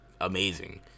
amazing